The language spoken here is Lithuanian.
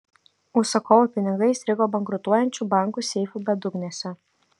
užsakovų pinigai įstrigo bankrutuojančių bankų seifų bedugnėse